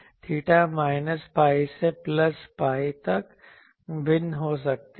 theta minus pi से plus pi तक भिन्न हो सकते हैं